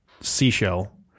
seashell